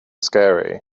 scary